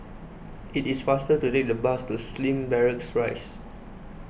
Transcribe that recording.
it is faster to take the bus to Slim Barracks Rise